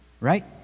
right